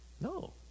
No